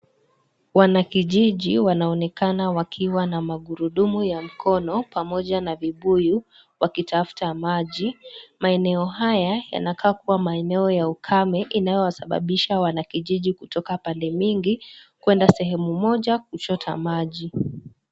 Wanakijiji wanaonekana wakiwa na magurudumu ya mkono pamoja na vibuyu wakitafuta maji, maeneno haya yanakaa kuwa maeneo ya ukame inayowasababisha wanakijiji kutoka pande mingi kuenda sehemu moja kuchota maji.